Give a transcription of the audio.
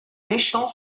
méchant